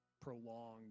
prolonged